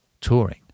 touring